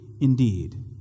indeed